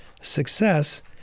Success